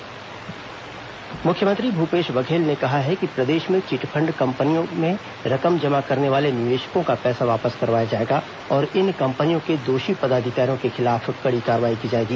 chit fund company कार्रवाई मुख्यमंत्री भूपेश बघेल ने कहा है कि प्रदेश में चिटफंड कम्पनियों में रकम जमा करने वाले निवेशकों का पैसा वापस कराया जाएगा और इन कम्पनियों के दोषी पदाधिकारियों के खिलाफ कड़ी कार्रवाई की जाएगी